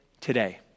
today